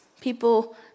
people